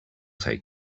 take